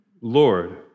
Lord